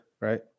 right